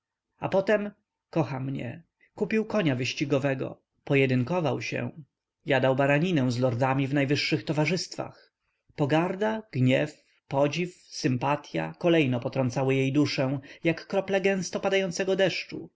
a potem kocha mnie kupił konia wyścigowego pojedynkował się jadał baraninę z lordami w najwyższych towarzystwach pogarda gniew podziw sympatya kolejno potrącały jej duszę jak krople gęsto padającego deszczu